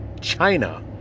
China